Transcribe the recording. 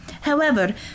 However